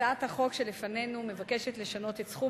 הצעת החוק שלפנינו מבקשת לשנות את סכום